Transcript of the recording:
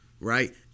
right